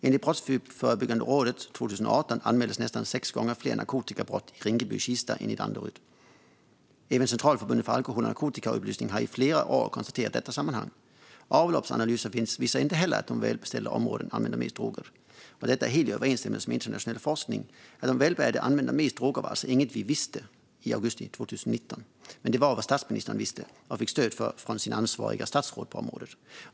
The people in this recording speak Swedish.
Enligt Brottsförebyggande rådet anmäldes 2018 nästan sex gånger fler narkotikabrott i Rinkeby-Kista än i Danderyd. Även Centralförbundet för alkohol och narkotikaupplysning har i flera år konstaterat detta sammanhang. Avloppsanalyser visar inte heller att det är i de välbeställda områdena som man använder mest droger. Detta är helt i överensstämmelse med internationell forskning. Att de välbärgade använder mest droger var alltså inget vi visste i augusti 2019. Men det var vad statsministern visste och fick stöd för från sina ansvariga statsråd på området.